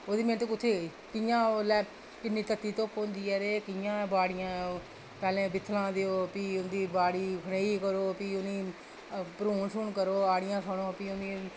ओह्दी मैह्नत कुत्थै गेई ते उसलै कि'यां इन्नी तत्ती धुप्प होंदी ऐ ते कि'यां बाड़ियां पैह्लें बित्थलां देओ ते भी उं'दी बाड़ी खनेई करो ते भी उ'नेंगी भरून शरून करो ते आड़ियां करो ते भी उ'नेंगी